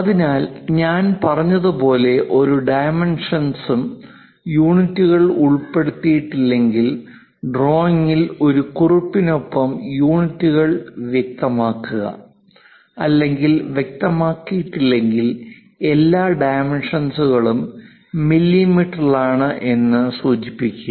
അതിനാൽ ഞാൻ പറഞ്ഞതുപോലെ ഓരോ ഡൈമെൻഷൻസ്ലും യൂണിറ്റുകൾ ഉൾപ്പെടുത്തിയിട്ടില്ലെങ്കിൽ ഡ്രോയിംഗിൽ ഒരു കുറിപ്പിനൊപ്പം യൂണിറ്റുകൾ വ്യക്തമാക്കുക അല്ലെങ്കിൽ വ്യക്തമാക്കിയിട്ടില്ലെങ്കിൽ എല്ലാ ഡൈമെൻഷൻസ്കളും മില്ലീമീറ്ററിലാണ് എന്ന് സൂചിപ്പിക്കുക